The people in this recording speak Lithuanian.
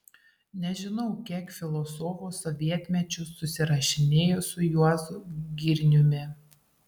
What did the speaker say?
nežinau kiek filosofų sovietmečiu susirašinėjo su juozu girniumi